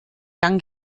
gang